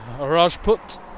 Rajput